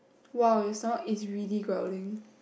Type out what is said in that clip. !wow! your stomach is really growling